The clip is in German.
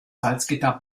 salzgitter